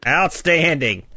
outstanding